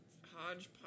hodgepodge